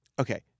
okay